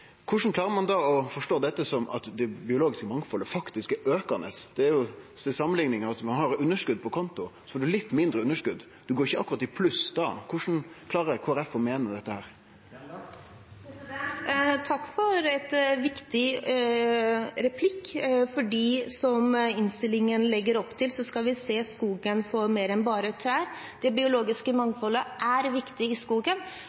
biologiske mangfaldet er aukande? Til samanlikning: Når ein har underskot på konto og underskotet blir litt mindre, går ein ikkje akkurat i pluss. Korleis klarer Kristeleg Folkeparti å meine dette? Takk for en viktig replikk. Som innstillingen legger opp til, skal vi se skogen for mer enn bare trær. Det biologiske mangfoldet i skogen